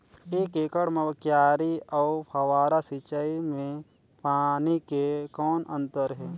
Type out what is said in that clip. एक एकड़ म क्यारी अउ फव्वारा सिंचाई मे पानी के कौन अंतर हे?